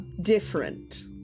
different